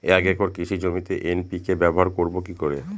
এক একর কৃষি জমিতে এন.পি.কে ব্যবহার করব কি করে?